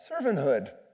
servanthood